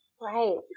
Right